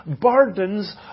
burdens